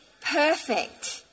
perfect